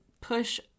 push